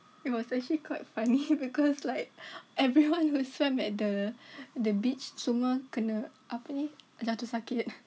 it was actually quite funny because like everyone who swam at the the beach semua kena apa ni jatuh sakit